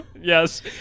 yes